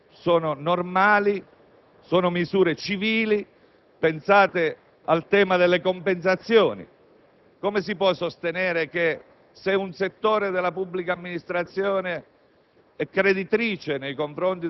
del decreto-legge sono normali e civili. Pensate al tema delle compensazioni: come si può sostenere che se un settore della pubblica amministrazione